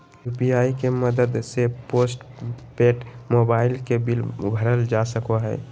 UPI के मदद से पोस्टपेड मोबाइल के बिल भरल जा सको हय